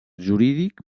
jurídic